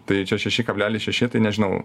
tai čia šeši kablelis šeši tai nežinau